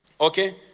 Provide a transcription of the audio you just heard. okay